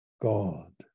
God